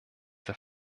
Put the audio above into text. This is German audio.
der